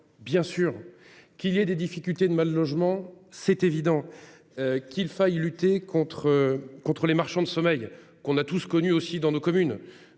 Bien sûr qu'il y ait des difficultés de mal-logement. C'est évident. Qu'il faille lutter contre contre les marchands de sommeil, qu'on a tous connu aussi dans nos communes.